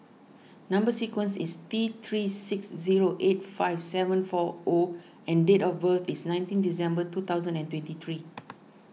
Number Sequence is T three six zero eight five seven four O and date of birth is nineteen December two thousand and twenty three